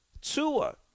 Tua